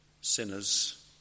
sinners